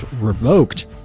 revoked